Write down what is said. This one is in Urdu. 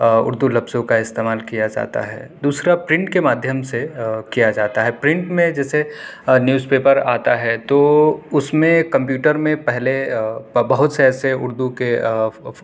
اردو لفظوں کا استعمال کیا جاتا ہے دوسرا پرنٹ کے مادھیم سے کیا جاتا ہے پرنٹ میں جیسے نیوزپیپر آتا ہے تو اس میں کمپیوٹر میں پہلے بہت سے ایسے اردو کے اف اف